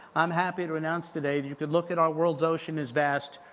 i'm happy to announce today that you can look at our world's ocean is vast,